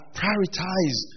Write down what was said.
prioritize